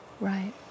Right